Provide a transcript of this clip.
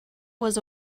was